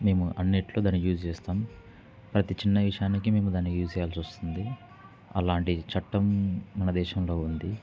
మేము అన్నింటిలో దాన్ని యూస్ చేస్తాం ప్రతి చిన్న విషయానికి మేము దాన్ని యూస్ చేయాల్సి వస్తుంది అలాంటి చట్టం మన దేశంలో ఉంది